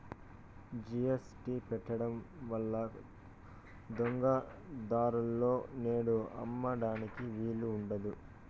GST పెట్టడం వల్ల దొంగ దారులలో నేడు అమ్మడానికి వీలు ఉండదు